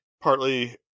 partly